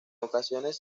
ocasiones